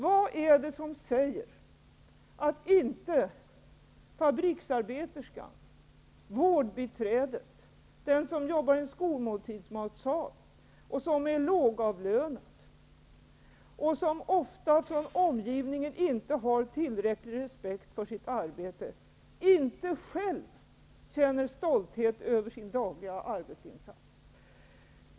Vad är det som säger att fabriksarbeterskan, vårdbiträdet och den som jobbar i skolmåltidsmatsal, som är lågavlönad och ofta inte får tillräcklig respekt för sitt arbete från omgivningen, inte själv känner stolthet över sina dagliga arbetsinsats?